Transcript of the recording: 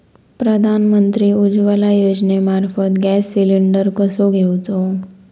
प्रधानमंत्री उज्वला योजनेमार्फत gas cylinder कसो घेऊचो?